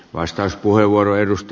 arvoisa puhemies